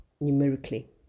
numerically